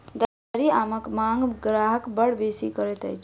दसहरी आमक मांग ग्राहक बड़ बेसी करैत अछि